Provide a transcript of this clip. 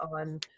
on